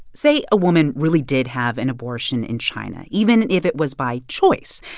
say a woman really did have an abortion in china. even if it was by choice,